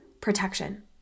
protection